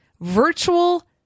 virtual